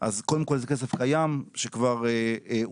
אז קודם כל זה כסף קיים שכבר אושר.